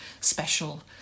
special